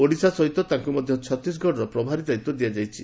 ଓଡ଼ିଶା ସହିତ ତାଙ୍କୁ ମଧ୍ଧ ଛତିଶଗଡର ପ୍ରଭାରୀ ଦାୟିତ୍ୱ ଦିଆଯାଇଛି